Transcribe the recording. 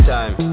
time